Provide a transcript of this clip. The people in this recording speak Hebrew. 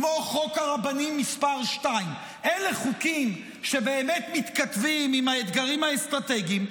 כמו חוק הרבנים מס' 2. אלה חוקים שבאמת מתכתבים עם האתגרים האסטרטגיים,